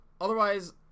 otherwise